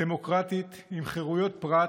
דמוקרטית, עם חירויות פרט,